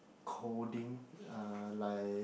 coding uh like